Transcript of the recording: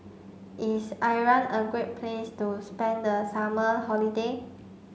is Iran a great place to spend the summer holiday